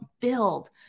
build